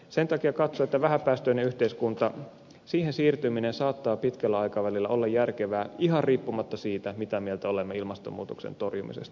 sen takia katson että vähäpäästöiseen yhteiskuntaan siirtyminen saattaa pitkällä aikavälillä olla järkevää ihan riippumatta siitä mitä mieltä olemme ilmastonmuutoksen torjumisesta